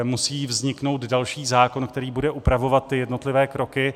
Musí vzniknout další zákon, který bude upravovat ty jednotlivé kroky.